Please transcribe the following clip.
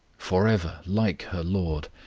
for ever like her lord,